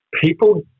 people